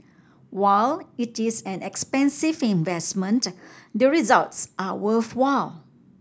while it is an expensive investment the results are worthwhile